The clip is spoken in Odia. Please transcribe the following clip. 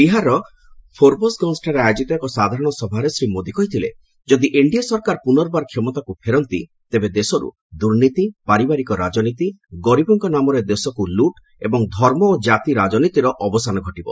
ବିହାରର ଫୋରବସ୍ଗଞ୍ଜ ଠାରେ ଆୟୋଜିତ ଏକ ସାଧାରଣ ସଭାରେ ଶ୍ରୀ ମୋଦି କହିଥିଲେ ଯଦି ଏନଡିଏ ସରକାର ପୁନର୍ବାର କ୍ଷମତାକୁ ଫେରନ୍ତି ଦେଶରୁ ଦୁର୍ନୀତି ପାରିବାରିକ ରାଜନୀତି ଗରିବଙ୍କ ନାମରେ ଦେଶକୁ ଲୁଟ୍ ଏବଂ ଧର୍ମ ଓ ଜାତି ରାଜନୀତିର ଅବସାନ ଘଟିବ